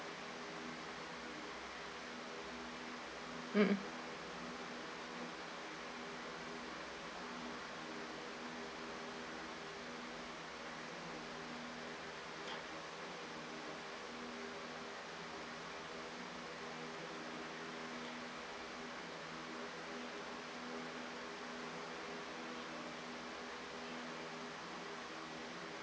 mm uh